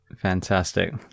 Fantastic